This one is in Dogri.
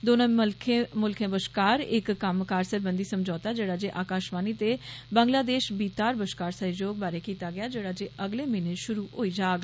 दौनें मुल्खें बश्कार इक कम्मकार सरबंधी समझौता जेड़ा जे आकाशवाणी ते बंगलादेश भीतर बश्कार सहयोग बारै कीता गेआ जेड़ा जे अगले म्हीने शुरू होई जाग